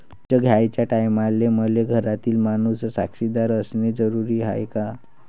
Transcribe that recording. कर्ज घ्याचे टायमाले मले घरातील माणूस साक्षीदार असणे जरुरी हाय का?